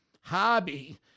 hobby